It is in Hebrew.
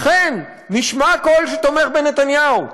אכן, נשמע קול שתומך בנתניהו,